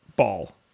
Ball